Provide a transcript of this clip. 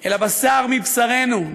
אלא בשר מבשרנו,